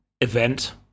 event